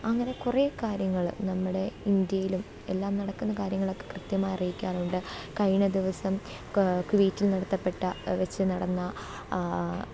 അങ്ങനെ കുറേ കാര്യങ്ങൾ നമ്മുടെ ഇന്ത്യയിലും എല്ലാം നടക്കുന്ന കാര്യങ്ങളൊക്കെ കൃത്യമായി അറിയിക്കാറുണ്ട് കഴിഞ്ഞദിവസം കുവൈറ്റിൽ നടത്തപ്പെട്ട വെച്ച് നടന്ന